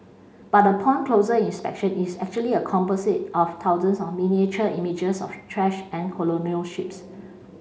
but upon closer inspection is actually a composite of thousands of miniature images of trash and colonial ships